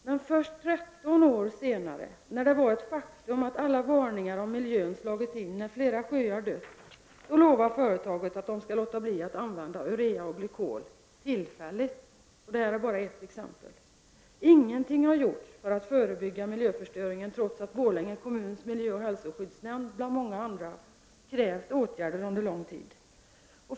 Men först 13 år senare, när det var ett faktum att alla varningar om miljön visat sig berättigade och när flera sjöar hade dött, lovar företaget att man skall låta bli att använda urea och glykol — tillfälligt! Detta är bara ett exempel. Ingenting har gjorts för att förebygga miljöförstöringen, trots att Borlänge kommuns miljöoch hälsoskyddsnämnd bland många andra under lång tid krävt åtgärder.